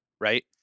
right